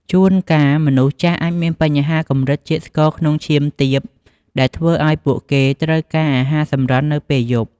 ជួនកាលមនុស្សចាស់អាចមានបញ្ហាកម្រិតជាតិស្ករក្នុងឈាមទាប ដែលធ្វើឱ្យពួកគេត្រូវការអាហារសម្រន់នៅពេលយប់។